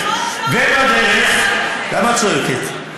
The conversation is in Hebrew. למה את צועקת?